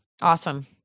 Awesome